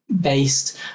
based